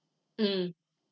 mm